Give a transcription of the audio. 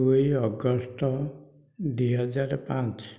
ଦୁଇ ଅଗଷ୍ଟ ଦୁଇ ହଜାର ପାଞ୍ଚ